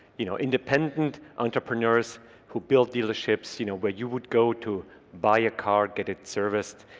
you know independent entrepreneurs who build dealerships you know where you would go to buy a car get it serviced.